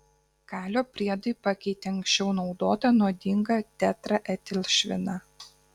kalio priedai pakeitė anksčiau naudotą nuodingą tetraetilšviną